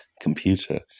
computer